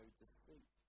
deceit